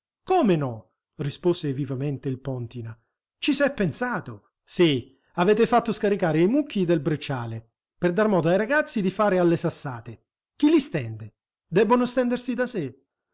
come no rispose vivamente il póntina ci s'è pensato sì avete fatto scaricare i mucchi del brecciale per dar modo ai ragazzi di fare alle sassate chi li stende debbono stendersi da sé